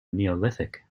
neolithic